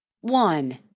one